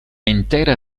intera